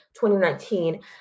2019